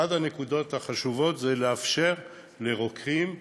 אחת הנקודות החשובות היא לאפשר לרוקחים,